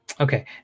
Okay